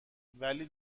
ولی